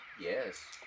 Yes